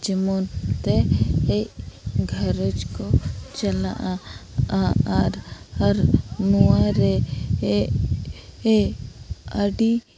ᱡᱮᱢᱚᱱ ᱛᱮ ᱜᱷᱟᱨᱚᱸᱡᱽ ᱠᱚ ᱪᱟᱞᱟᱜᱼᱟ ᱟᱜ ᱟᱨ ᱟᱨ ᱱᱚᱣᱟᱨᱮ ᱮᱜ ᱦᱮ ᱟᱹᱰᱤ